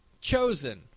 chosen